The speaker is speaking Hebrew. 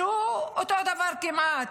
שהוא אותו דבר כמעט,